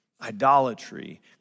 idolatry